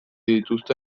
dituzte